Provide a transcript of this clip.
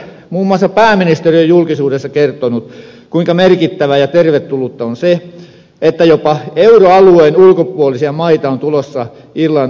muun muassa pääministeri on julkisuudessa kertonut kuinka merkittävää ja tervetullutta on se että jopa euroalueen ulkopuolisia maita on tulossa irlannin lainoittamiseen